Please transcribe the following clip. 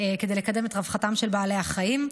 כדי לקדם את רווחתם של בעלי החיים.